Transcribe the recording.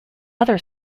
other